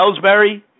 Ellsbury